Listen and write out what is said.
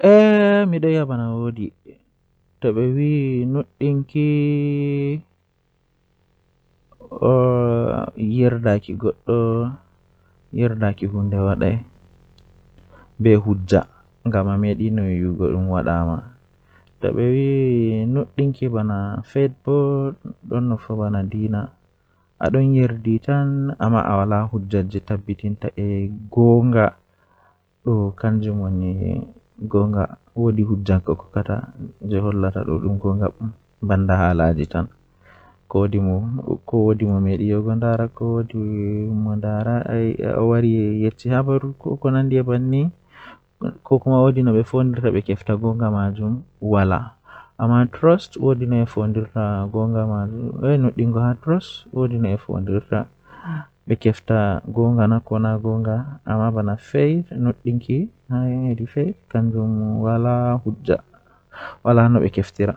Eey, Konngol aduna waɗataa ɗabbiraaɗe sooytaa so a semmbude, A foti njaaɓnirde waɗi, ɗi yamiraade ɗi, ɗi leeɓde, ɗi huutoraade e ɗi naatude maa ɗi famɗe dow, Ko nde njogita semmbugol maa, ko waɗi nde a fami waɗude caɗeele, nder laamu e njogorde, Ɗuum woodani ko waɗata e waɗal maa ko a soowoo majji e sooyte nde.